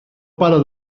para